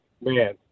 man